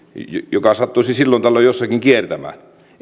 joka sattuisi silloin tällöin jossakin kiertämään